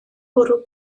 bwrw